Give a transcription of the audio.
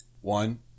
One